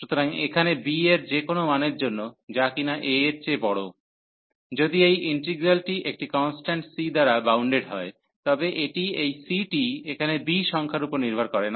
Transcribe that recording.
সুতরাং এখানে b এর যেকোনও মানের জন্য যা কিনা a এর চেয়ে বড় যদি এই ইন্টিগ্রালটি একটি কন্সট্যান্ট C দ্বারা বাউন্ডেড হয় তবে এটি এই C টি এখানে b সংখ্যার উপর নির্ভর করে না